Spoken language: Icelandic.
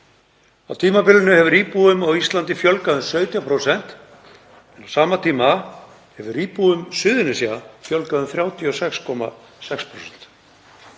Á tímabilinu hefur íbúum á Íslandi fjölgað um 17% en á sama tíma hefur íbúum Suðurnesja fjölgað um 36,6%.